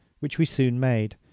which we soon made,